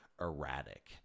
erratic